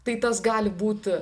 tai tas gali būt